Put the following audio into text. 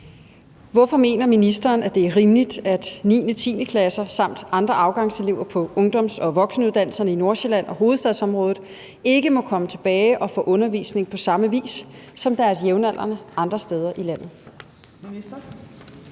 Hvorfor mener ministeren, at det er rimeligt, at 9.- og 10.-klasser samt andre afgangselever på ungdoms- og voksenuddannelser i Nordsjælland og hovedstadsområdet ikke må komme tilbage og få undervisning på samme vis som deres jævnaldrende andre steder i landet?